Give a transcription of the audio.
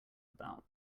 about